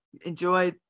Enjoy